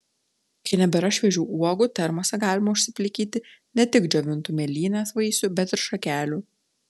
kai nebėra šviežių uogų termose galima užsiplikyti ne tik džiovintų mėlynės vaisių bet ir šakelių